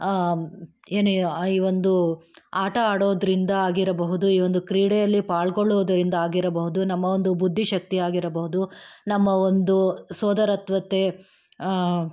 ಏನು ಈ ಒಂದು ಆಟ ಆಡೋದ್ರಿಂದ ಆಗಿರಬಹುದು ಈ ಒಂದು ಕ್ರೀಡೆಯಲ್ಲಿ ಪಾಲ್ಗೊಳ್ಳುವುದರಿಂದ ಆಗಿರಬಹುದು ನಮ್ಮ ಒಂದು ಬುದ್ಧಿ ಶಕ್ತಿ ಆಗಿರಬಹುದು ನಮ್ಮ ಒಂದು ಸೋದರತ್ವತೆ